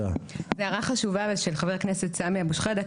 הערה חשובה אבל של חבר הכנסת סמי אבו שחאדה,